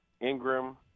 Ingram